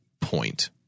point